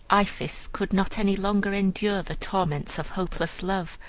iphis could not any longer endure the torments of hopeless love,